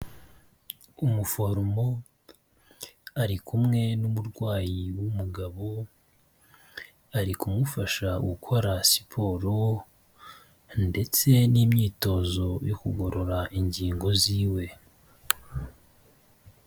Umuforomo ari kumwe n'umurwayi w'umugabo, ari kumufasha gukora siporo ndetse n'imyitozo yo kugorora ingingo ziwe.